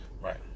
Right